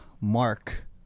Mark